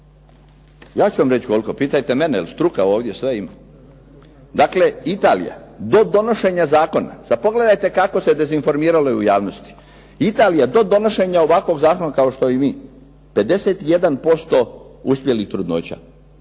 Ja ću vam reći kolko, pitajte mene jel' struka ovdje sve ima. Dakle, Italija do donošenja zakona, sad pogledajte kako se dezinformiralo u javnosti. Italija do donošenja ovakvog zakona kao što i mi 51% uspjelih trudnoća.